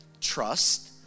Trust